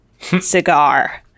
cigar